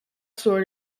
store